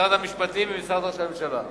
משרד המשפטים ומשרד ראש הממשלה.